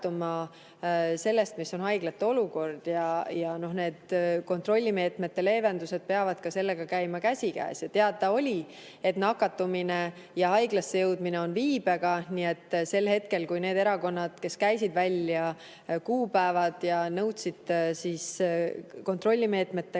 sellest, milline on olukord haiglates ja et kontrollimeetmete leevendused peavad käima sellega käsikäes. Teada oli, et nakatumine ja haiglasse jõudmine on viibega. Nii et sel hetkel, kui need erakonnad käisid välja kuupäevad ja nõudsid kontrollimeetmete